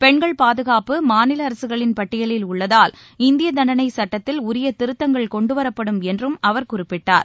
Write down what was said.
பெண்கள் பாதுகாப்பு மாநில அரசுகளின் பட்டியலில் உள்ளதால் இந்திய தண்டனைச் சட்டத்தில் உரிய திருத்தங்கள் கொண்டுவரப்படும் என்றும் அவர் குறிப்பிட்டார்